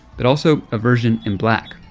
but also a version in black,